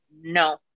no